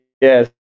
yes